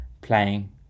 playing